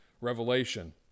Revelation